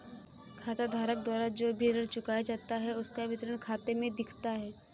खाताधारक द्वारा जो भी ऋण चुकाया जाता है उसका विवरण खाते में दिखता है